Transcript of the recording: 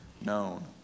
known